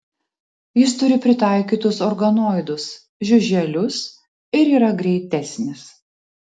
jis turi pritaikytus organoidus žiuželius ir yra greitesnis